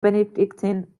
benedictine